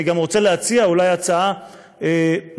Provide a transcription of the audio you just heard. אני גם רוצה להציע אולי הצעה מקורית,